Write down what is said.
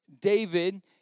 David